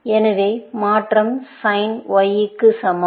எனவே மாற்றம் sine Y க்கு சமம்